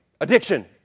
Addiction